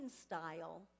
style